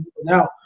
now